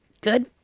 Good